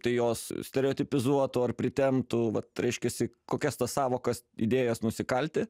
tai jos stereotipizuotų ar pritemptų vat reiškiasi kokias tas sąvokas idėjas nusikalti